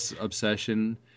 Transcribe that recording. obsession